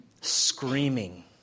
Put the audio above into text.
screaming